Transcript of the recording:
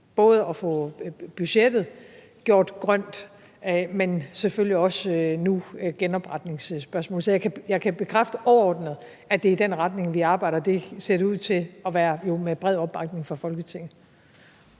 både budgettet, men nu selvfølgelig også genopretningsspørgsmålet gjort grønt. Så jeg kan bekræfte overordnet, at det er i den retning, vi arbejder, og det ser jo ud til at være med bred opbakning fra Folketinget.